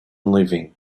living